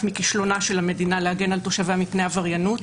מכישלונה של המדינה להגן על תושביה מפני עבריינות,